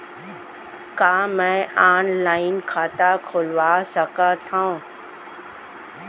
का मैं ऑनलाइन खाता खोलवा सकथव?